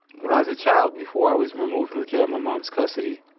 when i was a child, before i was removed from the care of my mom's custody,